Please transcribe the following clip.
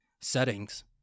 settings